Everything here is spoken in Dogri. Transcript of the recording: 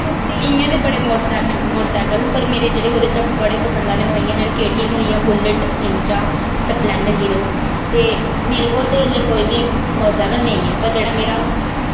इ'यां ते बड़े मोटरसैकल मोटरसैकल न पर मेरे जेह्ड़े ओह्दे चा बड़े पसंद आह्ले ओह् इ'यां जेह्ड़े केटीऐम्म होई गेआ बुलेट निन्जा स्प्लेंडर हीरो ते मेरे कोल ते एल्ले कोई बी मोटरसैकल नेईं ऐ पर जेह्ड़ा मेरा